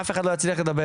אף אחד לא יצליח לדבר.